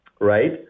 right